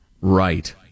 Right